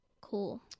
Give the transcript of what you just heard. Cool